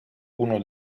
uno